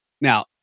Now